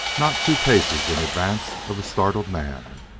not two paces in advance of the startled man.